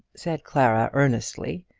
said clara earnestly,